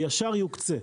והוא מיד יוקצה.